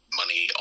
money